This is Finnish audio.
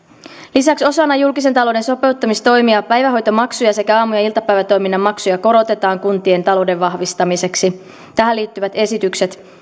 lisäksi osana julkisen talouden sopeuttamistoimia päivähoitomaksuja sekä aamu ja iltapäivätoiminnan maksuja korotetaan kuntien talouden vahvistamiseksi tähän liittyvät esitykset